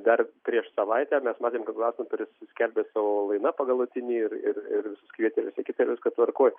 dar prieš savaitę mes matėm kad glastonberis skelbė savo lainapą galutinį ir ir ir visus kvietė ir visa kita ir viskas tvarkoj